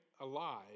alive